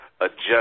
adjust